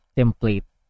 template